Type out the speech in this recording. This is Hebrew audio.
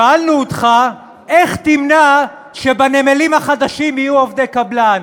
שאלנו אותך: איך תמנע שבנמלים החדשים יהיו עובדי קבלן?